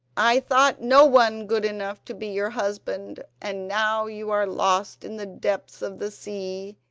i thought no one good enough to be your husband, and now you are lost in the depths of the sea,